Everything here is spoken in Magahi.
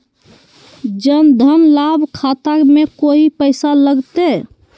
जन धन लाभ खाता में कोइ पैसों लगते?